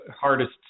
hardest